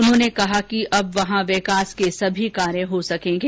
उन्होंने कहा कि अब वहां विकास के सभी कार्य हो सकेंगे